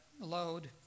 load